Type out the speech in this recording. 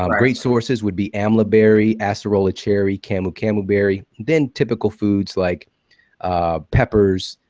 um great sources would be amla berry, acerola cherry, camu camu berry. then typical foods like peppers,